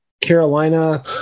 Carolina